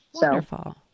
Wonderful